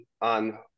on